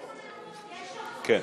כן.